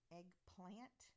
Eggplant